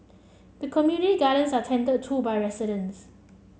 the community gardens are tended to by residents